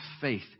faith